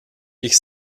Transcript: ich